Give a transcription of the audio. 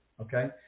okay